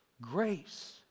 Grace